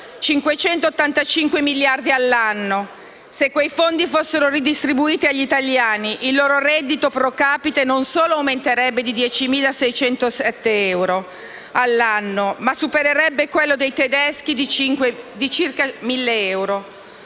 585 miliardi all'anno. Se questi fondi fossero redistribuiti agli italiani il loro reddito *pro capite* non solo aumenterebbe di 10.607 euro all'anno, ma supererebbe quello dei tedeschi di circa 1.000 euro.